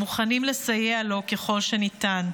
המוכנים לסייע לו ככל שניתן.